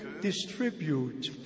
distribute